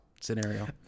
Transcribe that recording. scenario